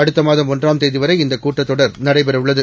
அடுத்தமாதம்ஒன்றாம்தேதிவரை இந்தகூட்டத்தொடர்நடைபெறவுள்ளது